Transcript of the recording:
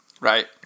right